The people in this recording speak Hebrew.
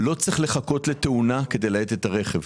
לא צריך לחכות לתאונה כדי להאט את הרכב.